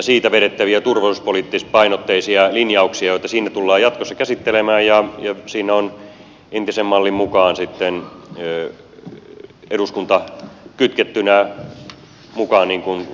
siitä vedettäviä turvallisuuspoliittispainotteisia linjauksia siinä tullaan jatkossa käsittelemään ja siinä on entisen mallin mukaan sitten eduskunta kytkettynä mukaan niin kuin totuttua on